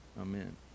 Amen